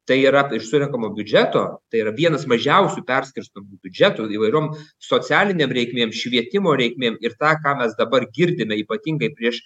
tai yra iš surenkamo biudžeto tai yra vienas mažiausių perskirstomų biudžetų įvairiom socialinėm reikmėm švietimo reikmėm ir tą ką mes dabar girdime ypatingai prieš